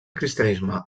cristianisme